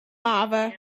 lava